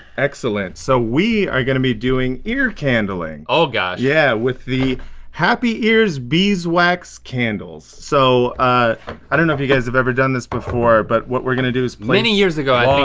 excellent, so we are gonna be doing ear candling. oh gosh. yeah with the happy ears beeswax candles. so i don't know if you guys have ever done this before but what we're gonna do is place many years ago